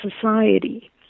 society